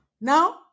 Now